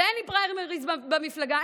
ואין לי פריימריז במפלגה,